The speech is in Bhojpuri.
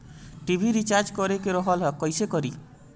टी.वी रिचार्ज करे के रहल ह कइसे करी?